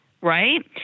right